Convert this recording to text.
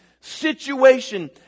situation